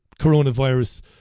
coronavirus